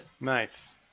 nice